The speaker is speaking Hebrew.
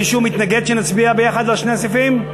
מישהו מתנגד שנצביע ביחד על שני הסעיפים?